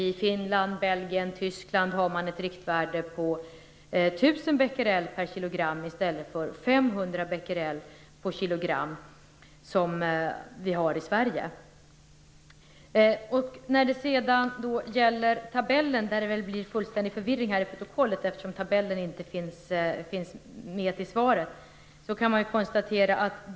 I Finland, Belgien och Tyskland finns det ett riktvärde på 1 000 Bq kg, som vi har i Sedan var det tabellen. Det lär väl bli fullständig förvirring i protokollet eftersom tabellen inte finns med tillsammans med svaret.